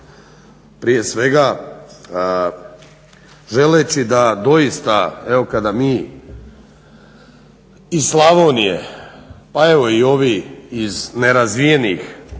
prije svega želeći da doista evo kada mi iz Slavonije pa evo i ovi iz nerazvijenih